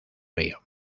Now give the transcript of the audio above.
río